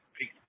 peace